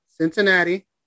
Cincinnati